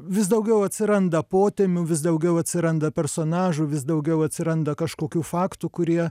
vis daugiau atsiranda potemių vis daugiau atsiranda personažų vis daugiau atsiranda kažkokių faktų kurie